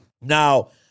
Now